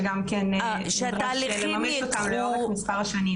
שגם נדרש לממש אותם לאורך מספר שנים.